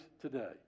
today